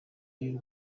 y’u